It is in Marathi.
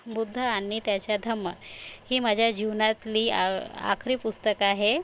बुद्ध आणि त्याचा धम्म ही माझ्या जीवनातली आखरी पुस्तक आहे